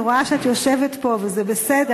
אני רואה שאת יושבת פה וזה בסדר.